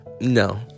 No